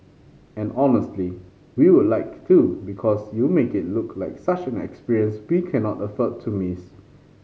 and honestly we would like to because you make it look like such an experience we cannot afford to miss